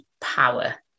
power